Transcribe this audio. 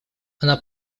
она